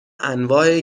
انواع